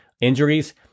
injuries